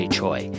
Choi